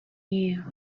new